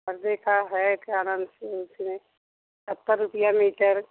परदे का है क्या नाम से उसमें सत्तर रुपये मीटर